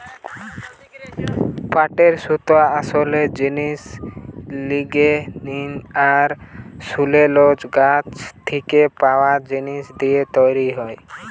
পাটের সুতোর আসোল জিনিস লিগনিন আর সেলুলোজ গাছ থিকে পায়া জিনিস দিয়ে তৈরি হয়